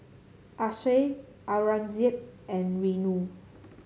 Akshay Aurangzeb and Renu